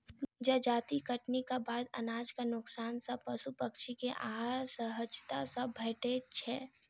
जजाति कटनीक बाद अनाजक नोकसान सॅ पशु पक्षी के आहार सहजता सॅ भेटैत छै